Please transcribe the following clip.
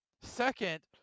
second